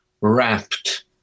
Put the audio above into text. wrapped